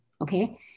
okay